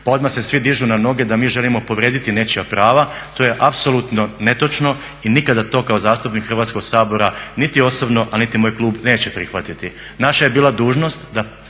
pa onda se svi dižu na noge da mi želimo povrijediti nečija prava to je apsolutno netočno i nikada to kao zastupnik Hrvatskog sabora, niti osobno, a niti moj klub neće prihvatiti. Naša je bila dužnost da